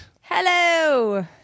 Hello